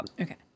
Okay